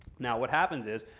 now what happens is,